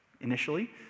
Initially